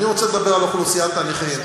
אני רוצה לדבר על אוכלוסיית הנכים.